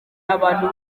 abantu